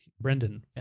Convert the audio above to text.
Brendan